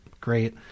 great